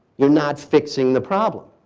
you're not fixing the problem.